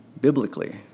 biblically